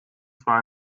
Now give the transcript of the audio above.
zwar